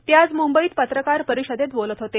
ते आज मूंबईत पत्रकार परिषदेत बोलत होते